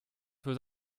für